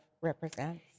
represents